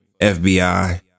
FBI